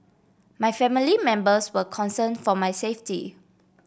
my family members were concern for my safety